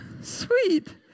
Sweet